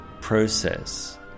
process